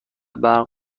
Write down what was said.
برق